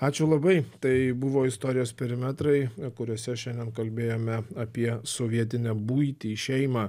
ačiū labai tai buvo istorijos perimetrai kuriuose šiandien kalbėjome apie sovietinę buitį šeimą